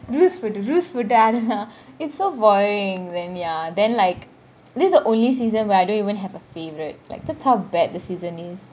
rules போட்டு :pottu rules போட்டு :pottu it's so boring when ya then like this is the only season where I don't even have a favorite like that's how bad the season is